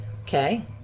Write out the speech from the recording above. Okay